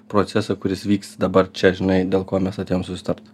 procesą kuris vyks dabar čia žinai dėl ko mes atėjom susitart